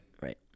Right